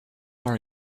are